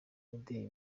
mideli